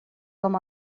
com